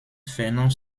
fernand